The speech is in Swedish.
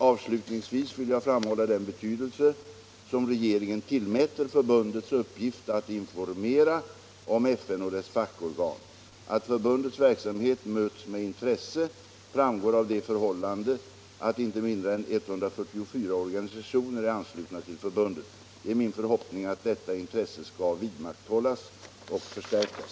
Avslutningsvis vill jag framhålla den betydelse som regeringen tillmäter förbundets uppgift att informera om FN och dess fackorgan. Att förbundets verksamhet möts med intresse framgår av det förhållandet att inte mindre än 144 organisationer är anslutna till förbundet. Det är min förhoppning att detta intresse skall vidmakthållas och förstärkas.